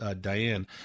Diane